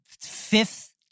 fifth